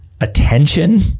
attention